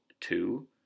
two